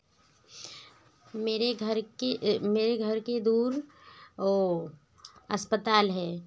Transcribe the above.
मेरे घर के मेरे घर के दूर अस्पताल है